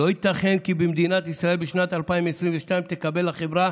לא ייתכן כי במדינת ישראל בשנת 2022 תקבל החברה